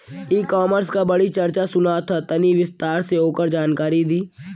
ई कॉमर्स क बड़ी चर्चा सुनात ह तनि विस्तार से ओकर जानकारी दी?